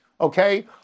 okay